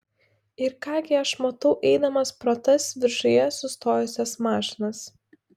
ir ką gi aš matau eidamas pro tas viršuje sustojusias mašinas